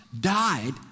died